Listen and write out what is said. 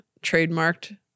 trademarked